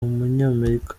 umunyamerika